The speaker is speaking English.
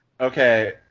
Okay